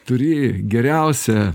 turi geriausią